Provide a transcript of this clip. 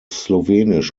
slowenisch